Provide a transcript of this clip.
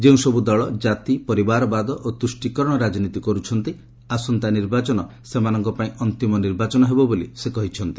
ଯେଉଁସବୁ ଦଳ ଜାତି ପରିବାରବାଦ ଓ ତୁଷ୍ଟୀକରଣ ରାଜନୀତି କରୁଛନ୍ତି ଆସନ୍ତା ନିର୍ବାଚନ ସେମାନଙ୍କ ପାଇଁ ଅନ୍ତିମ ନିର୍ବାଚନ ହେବ ବୋଲି ସେ କହିଛନ୍ତି